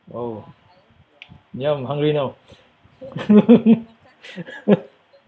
oh ya I'm hungry now